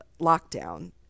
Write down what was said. lockdown